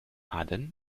aden